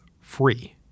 free